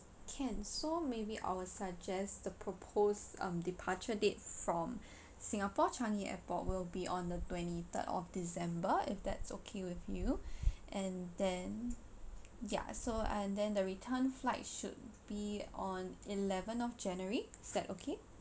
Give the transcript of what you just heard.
can so maybe I will suggests the proposed um departure date from singapore changi airport will be on the twenty third of december if that's okay with you and then ya so and then the return flight should be on eleven of january is that okay